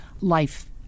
life